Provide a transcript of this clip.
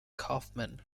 kaufman